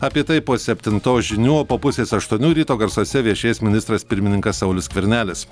apie tai po septintos žinių po pusės aštuonių ryto garsuose viešės ministras pirmininkas saulius skvernelis